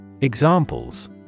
Examples